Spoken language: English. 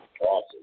Awesome